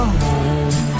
home